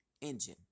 engine